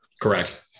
Correct